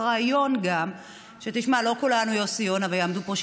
תראה, אני אשמח מאוד שהזמן